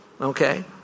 okay